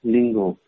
Lingo